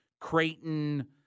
Creighton